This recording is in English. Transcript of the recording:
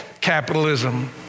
capitalism